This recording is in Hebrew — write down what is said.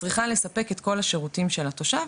צריכה לספק את כל השירותים של התושב,